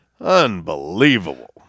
Unbelievable